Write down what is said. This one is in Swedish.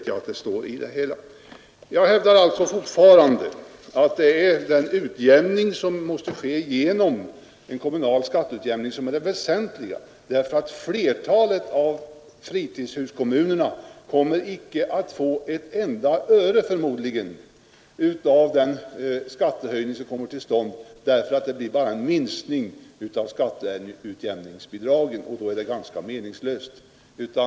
Jag hävdar fortfarande att en kommunal skatteutjämning är det väsentliga. Flertalet av fritidskommunerna får förmodligen inte ett enda öre av den skattehöjning som kommer till stånd utan det sker bara en minskning av skatteutjämningsbidragen, och då blir det hela ganska meningslöst.